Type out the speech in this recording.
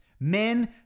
Men